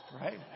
right